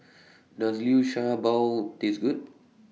Does Liu Sha Bao Taste Good